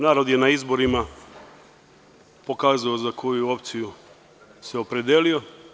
Narod je na izborima pokazao za koju opciju se opredelio.